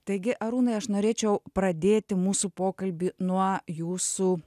taigi arūnai aš norėčiau pradėti mūsų pokalbį nuo jūsų